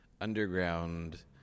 underground